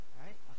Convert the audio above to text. right